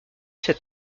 sept